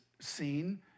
seen